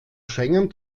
schengen